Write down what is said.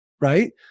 right